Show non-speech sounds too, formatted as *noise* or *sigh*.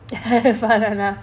*laughs* farhanah